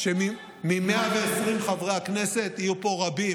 שמ-120 חברי הכנסת, יהיו פה רבים.